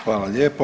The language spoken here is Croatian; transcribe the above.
Hvala lijepo.